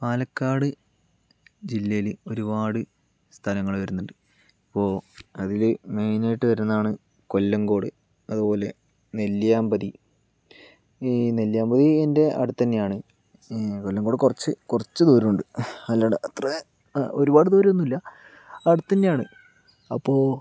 പാലക്കാട് ജില്ലയിൽ ഒരുപാട് സ്ഥലങ്ങൾ വരുന്നുണ്ട് ഇപ്പോൾ അതിൽ മെയിനായിട്ട് വരുന്നതാണ് കൊല്ലംകോട് അതുപോലെ നെല്ലിയാമ്പതി ഈ നെല്ലിയാമ്പതി എൻ്റെ അടുത്ത് തന്നെയാണ് ഈ കൊല്ലംകോട് കുറച്ച് കുറച്ച് ദൂരമുണ്ട് അല്ലാണ്ട് അത്രയും ഒരുപാട് ദൂരമൊന്നും ഇല്ല അടുത്ത് തന്നെയാണ് അപ്പോൾ